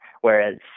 whereas